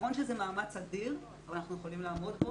נכון שזה מאמץ אדיר אבל אנחנו יכולים לעמוד בו.